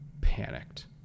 panicked